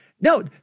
no